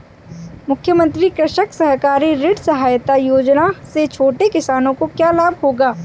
मुख्यमंत्री कृषक सहकारी ऋण सहायता योजना से छोटे किसानों को क्या लाभ होगा?